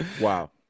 Wow